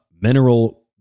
mineral